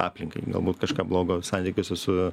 aplinkai galbūt kažką blogo santykiuose su